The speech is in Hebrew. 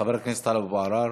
חבר הכנסת טלב אבו עראר.